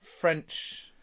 French